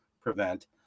prevent